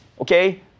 okay